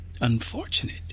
unfortunate